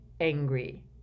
angry